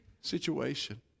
situation